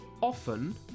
often